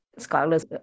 scholars